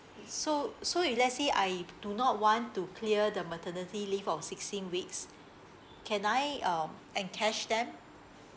so so if let's say I do not want to clear the maternity leave of sixteen weeks can I um encash them